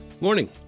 morning